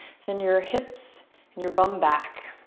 send your hips and your bum back.